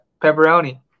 Pepperoni